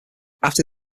after